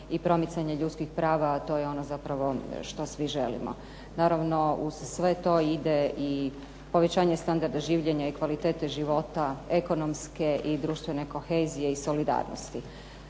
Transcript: i promicanja ljudskih prava. To je ono zapravo što svi želimo. Naravno uz sve to ide i povećanje standarda življenja i kvalitete života, ekonomske i društvene kohezije i solidarnosti.